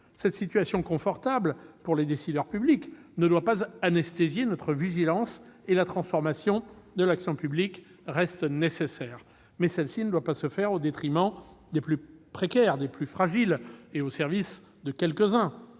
Cette situation confortable pour les décideurs publics ne doit pas anesthésier notre vigilance et la transformation de l'action publique reste nécessaire. Toutefois, cette transformation ne doit pas se faire au détriment des plus précaires, des plus fragiles, ni au service de quelques-uns